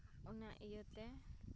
ᱚᱱᱟ ᱤᱭᱟᱹ ᱛᱮ